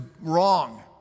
wrong